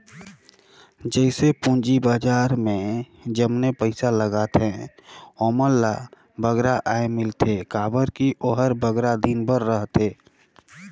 जइसे पूंजी बजार में जमने पइसा लगाथें ओमन ल बगरा आय मिलथे काबर कि ओहर बगरा दिन बर रहथे